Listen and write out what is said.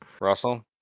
Russell